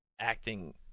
acting